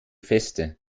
feste